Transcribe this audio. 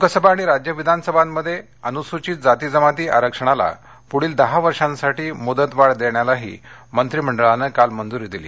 लोकसभा आणि राज्य विधानसभांमध्ये अनुसूचित जाती जमाती आरक्षणाला पुढच्या दहा वर्षांसाठी मुदतवाढ देण्यालाही मंत्रिमंडळानं काल मंजुरी दिली